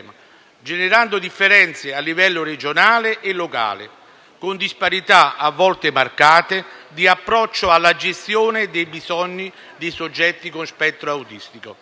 generando differenze a livello regionale e locale, con disparità a volte marcate, di approccio alla gestione dei bisogni dei soggetti con spettro autistico.